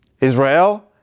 Israel